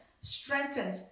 strengthened